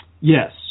Yes